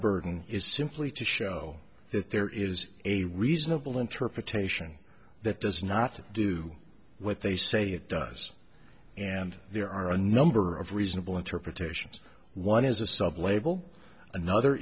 burden is simply to show that there is a reasonable interpretation that does not do what they say it does and there are a number of reasonable interpretations one is a sub label another